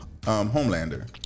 homelander